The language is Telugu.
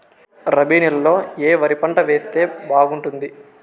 రబి నెలలో ఏ వరి పంట వేస్తే బాగుంటుంది